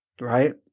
right